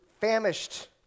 famished